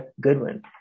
Goodwin